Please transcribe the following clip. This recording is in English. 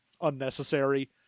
unnecessary